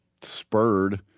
spurred